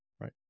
Right